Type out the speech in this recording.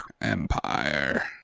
empire